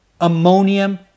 ammonium